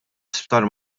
isptar